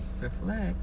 Reflect